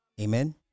Amen